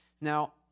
Now